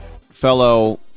fellow